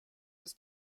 was